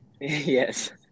Yes